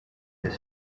his